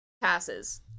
passes